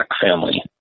family